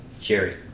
Jerry